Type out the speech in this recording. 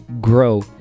grow